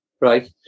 Right